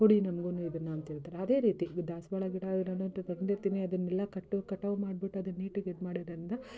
ಕೊಡಿ ನನ್ಗೊಂದು ಇದನ್ನು ಅಂತ ಹೇಳ್ತಾರೆ ಅದೇ ರೀತಿ ಈ ದಾಸವಾಳ ಗಿಡ ತಂದಿರ್ತೀನಿ ಅದನ್ನೆಲ್ಲ ಕಟ್ಟು ಕಟಾವು ಮಾಡ್ಬಿಟ್ಟು ಅದನ್ನ ನೀಟಾಗಿ ಇದು ಮಾಡೋದರಿಂದ